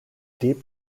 deep